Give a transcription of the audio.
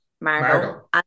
Margot